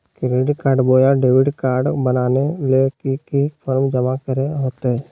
Credit card बोया debit card बनाने ले की की फॉर्म जमा करे होते?